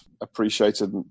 appreciated